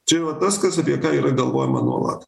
čia va tas kas apie ką yra galvojama nuolat